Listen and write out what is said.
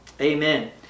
Amen